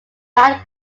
lad